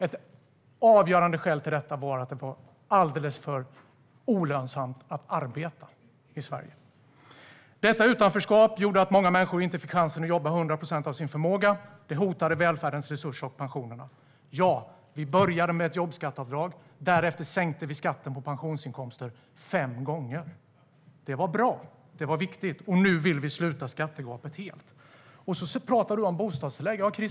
Ett avgörande skäl till detta var att det var alldeles för olönsamt att arbeta i Sverige. Detta utanförskap gjorde att många människor inte fick chansen att jobba till 100 procent av sin förmåga. Det hotade välfärdens resurser och pensionerna. Ja, vi började med ett jobbskatteavdrag. Därefter sänkte vi skatten på pensionsinkomster fem gånger. Det var bra. Det var viktigt. Nu vill vi sluta skattegapet helt. Du talar om bostadstillägg, Stefan Löfven.